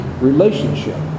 relationship